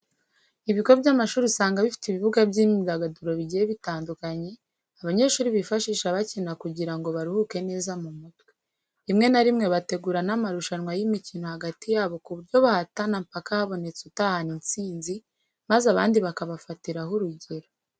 Ibigo by'amashuri usanga bifite ibibuga by'imyidagaduro bijyiye bitandukanye ,abanyeshuri bifashisha bacyina kujyira ngo baruhuke neza mu mutwe. Rimwe na rimwe bategura n'amarushanwa y'imicyino hagati yabo ku buryo bahatana mpaka habonetse utahana insinzi maze abandi bakabafatiraho urujyero.